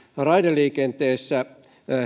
raideliikenteessä